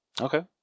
Okay